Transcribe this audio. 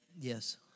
Yes